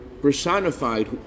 personified